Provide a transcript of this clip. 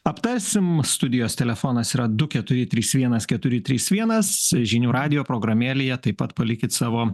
aptarsim studijos telefonas yra du keturi trys vienas keturi trys vienas žinių radijo programėlėje taip pat palikit savo